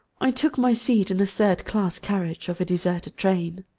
i took my seat in a third-class carriage of a deserted train.